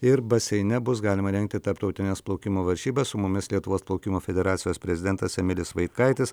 ir baseine bus galima rengti tarptautines plaukimo varžybas su mumis lietuvos plaukimo federacijos prezidentas emilis vaitkaitis